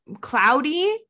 cloudy